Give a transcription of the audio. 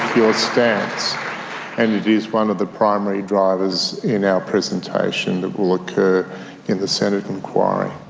your stance and it is one of the primary drivers in our presentation that will occur in the senate inquiry.